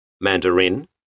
Mandarin